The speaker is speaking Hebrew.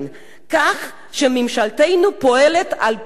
כך שממשלתנו פועלת על-פי החוק.